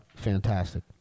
fantastic